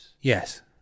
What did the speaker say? yes